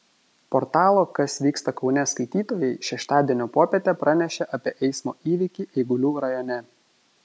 portalo kas vyksta kaune skaitytojai šeštadienio popietę pranešė apie eismo įvykį eigulių rajone